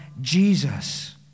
Jesus